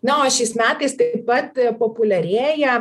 na o šiais metais taip pat populiarėja